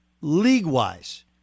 League-wise